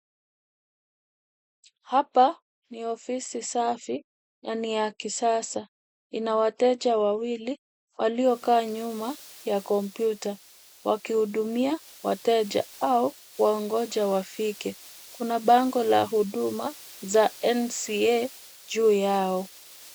Hapa ni ofisi safi na ni ya kisasa. Ina wateja wawili waliokaa nyuma ya kompyuta wakihudumia wateja au kuwaongoja wafike. Kuna bango la huduma za NCA juu yao.